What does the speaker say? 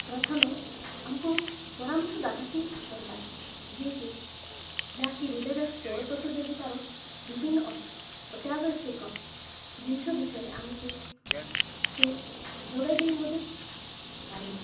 ପ୍ରଥମେ ଆମକୁ ପରାମର୍ଶଦାତାଟିଏ ଦରକାର ଯିଏକି ଯାହାକି ରିଲେ ରେସ୍ ଦୌଡ଼ ପ୍ରତିଯୋଗିତାର ବିଭିନ୍ନ ଅତ୍ୟାବଶ୍ୟକ ଜିନିଷ ବିଷୟରେ ଆମକୁ ସେ ଯୋଗାଇ ଦେଇ ମଧ୍ୟ ପାରିବେ